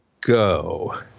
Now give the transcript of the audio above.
go